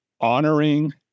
honoring